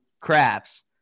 craps